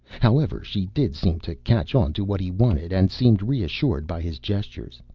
however, she did seem to catch on to what he wanted and seemed reassured by his gestures.